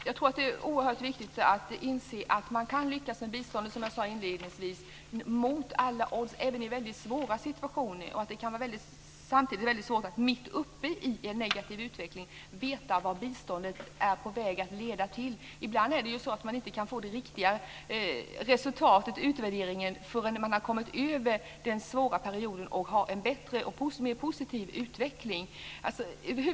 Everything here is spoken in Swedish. Fru talman! Det är oerhört viktigt att inse att det även i svåra situationer, mot alla odds, går att lyckas med biståndet. Det kan samtidigt vara svårt att mitt uppe i en negativ utveckling veta vad biståndet är på väg att leda till. Ibland går det inte att få ett riktigt resultat av utvärderingen förrän den svåra perioden är över och det finns en bättre och mer positiv utveckling.